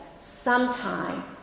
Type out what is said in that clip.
sometime